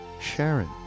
Sharon